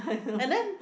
and then